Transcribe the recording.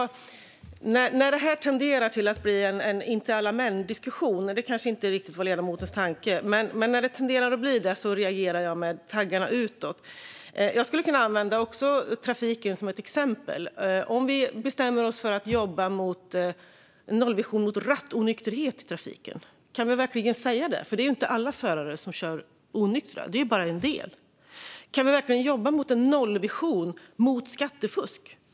När det tenderar att bli en inte-alla-män-diskussion, vilket kanske inte riktigt var ledamotens tanke, reagerar jag med taggarna utåt. Jag skulle också kunna använda trafiken som exempel. Om vi bestämmer oss för att jobba för en nollvision för rattonykterhet i trafiken, kan vi verkligen säga det? Det är ju inte alla förare som kör onyktra utan bara en del. Och kan vi verkligen jobba för en nollvision för skattefusk?